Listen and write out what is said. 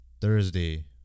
Thursday